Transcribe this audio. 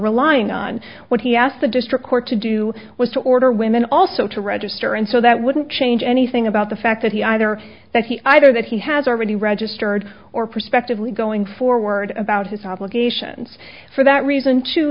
relying on what he asked the district court to do was to order women also to register and so that wouldn't change anything about the fact that he either that he either that he has already registered or prospectively going forward about his obligations for that reason too